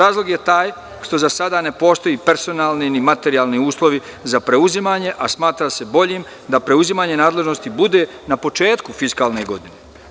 Razlog je taj što za sada ne postoji personalni ni materijalni uslovi za preuzimanje, a smatra se boljim da preuzimanje nadležnosti bude na početku fiskalne godine.